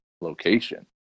location